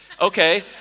Okay